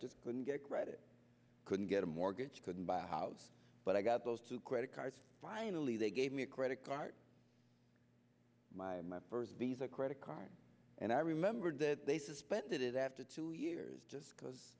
just couldn't get credit couldn't get a mortgage couldn't buy a house but i got those two credit cards finally they gave me a credit card my first visa credit card and i remembered that they suspended it after two years just because